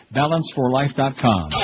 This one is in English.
balanceforlife.com